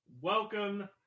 Welcome